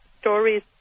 stories